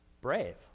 brave